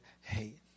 hate